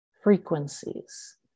Frequencies